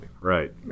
Right